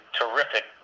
terrific